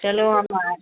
चलो हम आ रहे हैं